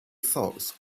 fox